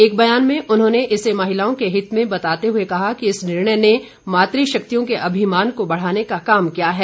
एक बयान में उन्होंने इसे महिलाओं के हित में बताते हुए कहा कि इस निर्णय ने मातू शक्तियों के अभिमान को बढ़ाने का काम किया है